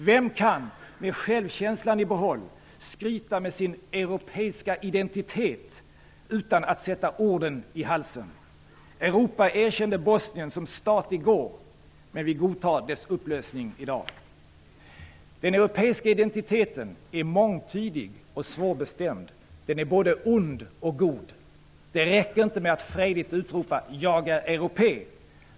Vem kan med självkänslan i behåll skryta med sin europeiska identitet utan att sätta orden i halsen? Europa erkände Bosnien som stat i går, men vi godtar dess upplösning i dag. Den europeiska identiteten är mångtydig och svårbestämd. Den är både ond och god. Det räcker inte med att frejdigt utropa: ''Jag är europé!''